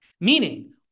Meaning